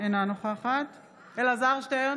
אינה נוכחת אלעזר שטרן,